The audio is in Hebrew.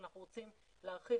אנחנו רוצים להרחיב,